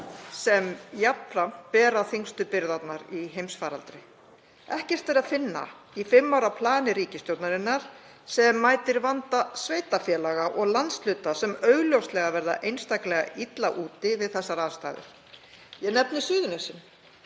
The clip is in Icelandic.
sem jafnframt bera þyngstu byrðarnar í heimsfaraldri. Ekkert er að finna í fimm ára plani ríkisstjórnarinnar sem mætir vanda sveitarfélaga og landshluta sem augljóslega verða einstaklega illa úti við þessar aðstæður. Ég nefni Suðurnesin